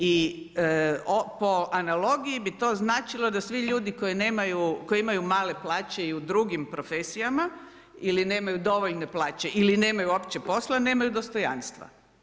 I po analogiji bi to značilo da svi ljudi koji imaju male plaće i u drugim profesijama ili nemaju dovoljne plaće ili nemaju uopće posla, nemaju dostojanstva.